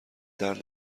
درد